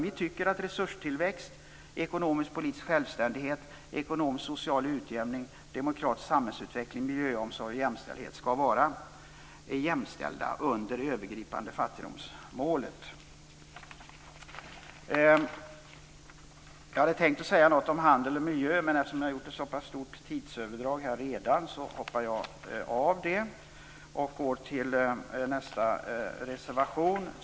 Vi tycker att resurstillväxt, ekonomisk och politisk självständighet, ekonomisk och social utjämning, demokratisk samhällsutveckling, miljöomsorg och jämställdhet skall vara jämställda under det övergripande fattigdomsmålet. Jag hade tänkt säga något om handel och miljö, men eftersom jag redan har gjort ett så pass stort tidsöverdrag hoppar jag över det. Jag går till nästa reservation.